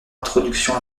introduction